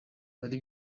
bari